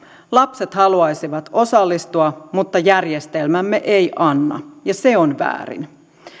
lapset haluaisivat osallistua mutta järjestelmämme ei anna ja se on väärin